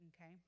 okay